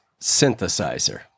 synthesizer